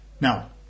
Now